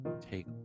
take